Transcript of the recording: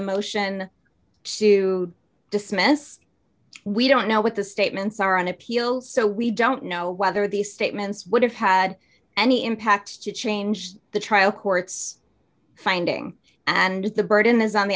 motion to dismiss we don't know what the statements are on appeal so we don't know whether these statements would have had any impact to change the trial court's finding and the burden is on the